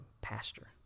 pastor